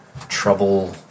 trouble